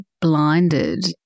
blinded